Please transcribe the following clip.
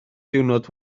diwrnod